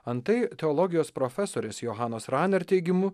antai teologijos profesorės johanos raner teigimu